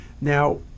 Now